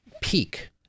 peak